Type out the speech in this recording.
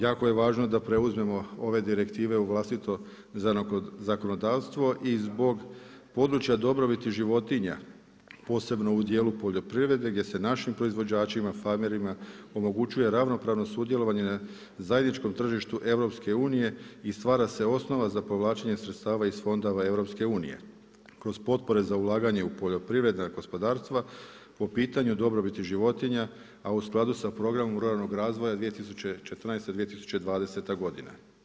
Jako je važno da preuzmemo ove direktive u vlastito zakonodavstvo i zbog područja dobrobiti životinja posebno u dijelu poljoprivrede gdje se našim proizvođačima, farmerima omogućuje ravnopravne sudjelovanje na zajedničkom tržištu EU-a i stvara se osnova za povlačenje sredstava iz fondova EU-a uz potpore za ulaganje u poljoprivredna gospodarstva po pitanju dobrobiti životinja, a u skladu sa programom ruralnog razvoja 2014.-2020. godina.